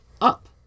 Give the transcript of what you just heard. up